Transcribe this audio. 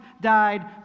died